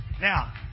Now